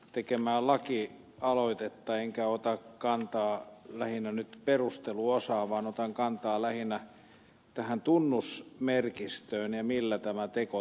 räsäsen tekemää lakialoitetta enkä ota kantaa nyt perusteluosaan vaan otan kantaa lähinnä tähän tunnusmerkistöön ja millä tämä teko täyttyisi